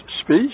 speech